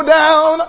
down